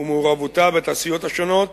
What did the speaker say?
ומעורבותה בתעשיות השונות